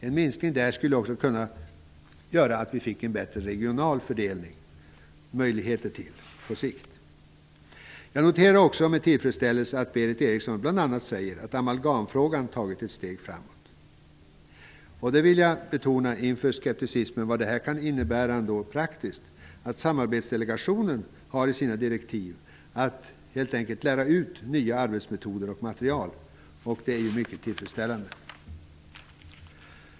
En minskning av den skulle på sikt även kunna medföra möjligheter till en bättre regional fördelning. Jag noterar också med tillfredsställelse att Berith Eriksson bl.a. säger att amalgamfrågan har tagit ett steg framåt. Jag vill med tanke på den visade skepticismen betona vad detta kan innebära praktiskt. I samarbetsdelegationens direktiv ingår att helt enkelt ge kunskaper om nya arbetsmetoder och material, och det är mycket tillfredsställande.